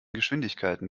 geschwindigkeiten